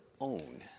own